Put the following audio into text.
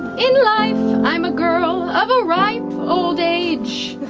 in life i'm a girl of a ripe old age,